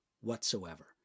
whatsoever